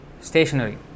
stationary